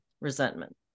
resentment